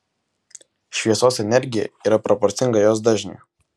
šviesos energija yra proporcinga jos dažniui